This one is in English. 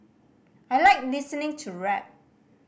I like listening to rap